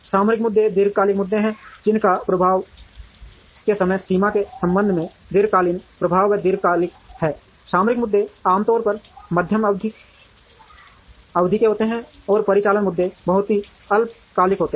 सामरिक मुद्दे दीर्घकालिक मुद्दे हैं जिनका प्रभाव के समय सीमा के संबंध में दीर्घकालिक प्रभाव या दीर्घकालिक है सामरिक मुद्दे आमतौर पर मध्यम अवधि के होते हैं और परिचालन मुद्दे बहुत ही अल्पकालिक होते हैं